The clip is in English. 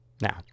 Now